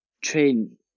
train